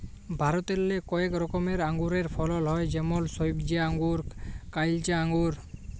ভারতেল্লে কয়েক রকমের আঙুরের ফলল হ্যয় যেমল সইবজা আঙ্গুর, কাইলচা আঙ্গুর